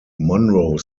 monroe